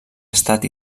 estat